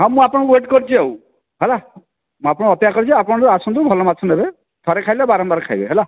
ହଁ ମୁଁ ଆପଣଙ୍କୁ ୱେଟ୍ କରିଛି ଆଉ ହେଲା ମୁଁ ଆପଣଙ୍କୁ ଅପେକ୍ଷା କରିଛି ଆପଣ ଆସନ୍ତୁ ଭଲ ମାଛ ନେବେ ଥରେ ଖାଇଲେ ବାରମ୍ବାର ଖାଇବେ ହେଲା